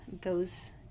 goes